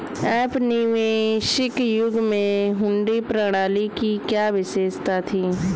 औपनिवेशिक युग में हुंडी प्रणाली की क्या विशेषता थी?